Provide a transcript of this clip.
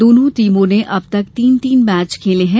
दोनों टीमों ने अब तक तीन तीन मैच खेले हैं